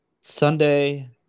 Sunday